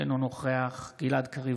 אינו נוכח גלעד קריב,